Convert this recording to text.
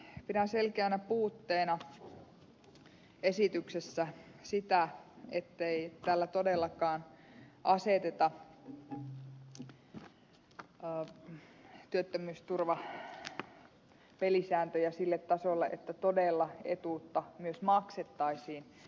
pidän selkeänä puutteena esityksessä sitä ettei tällä todellakaan aseteta työttömyysturvapelisääntöjä sille tasolle että todella etuutta myös maksettaisiin ennakkona